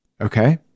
Okay